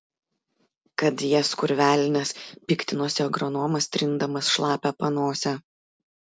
kad jas kur velnias piktinosi agronomas trindamas šlapią panosę